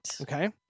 okay